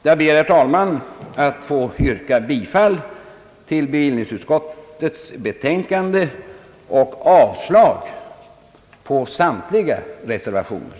Jag ber, herr talman, att få yrka bifall till bevillningsutskottets förslag och avslag på samtliga reservationer.